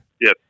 Yes